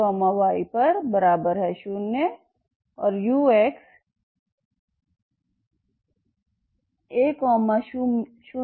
0y0 और ux